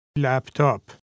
Laptop